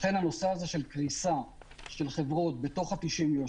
לכן הנושא של קריסה של חברות בתוך ה-90 יום,